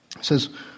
says